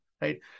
right